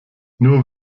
nur